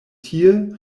tie